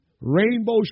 Rainbow